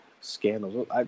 scandals